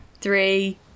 Three